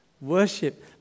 Worship